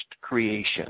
creation